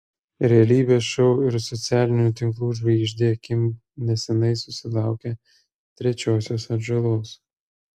realybės šou ir socialinių tinklų žvaigždė kim neseniai susilaukė trečiosios atžalos